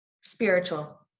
Spiritual